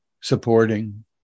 Supporting